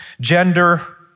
gender